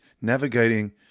navigating